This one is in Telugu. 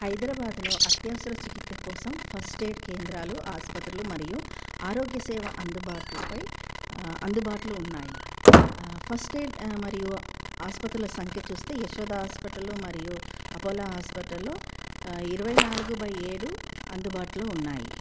హైదరాబాద్లో అత్యవసర చికిత్స కోసం ఫస్ట్ ఏయిడ్ కేంద్రాలు ఆసుపత్రులు మరియు ఆరోగ్య సేవ అందుబాటుపై అందుబాటులో ఉన్నాయి ఫస్ట్ ఏయిడ్ మరియు ఆసుపత్రుల సంఖ్య చూస్తే యశోద హాస్పిటలు మరియు అపోలో హాస్పిటల్లో ఇరవై నాలుగు బై ఏడు అందుబాటులో ఉన్నాయి